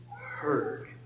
heard